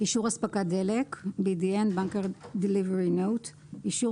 "אישור אספקת דלק" (BDN - Bunker Delivery Note) אישור